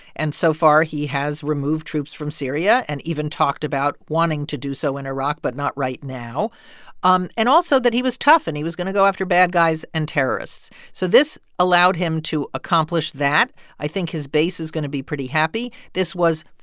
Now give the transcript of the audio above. and so far, he has removed troops from syria and even talked about wanting to do so in iraq but not right now um and also that he was tough, and he was going to go after bad guys and terrorists. so this allowed him to accomplish that. i think his base is going to be pretty happy. this was,